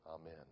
Amen